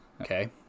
Okay